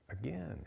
again